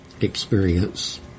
Experience